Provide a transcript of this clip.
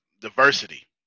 Diversity